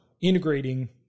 integrating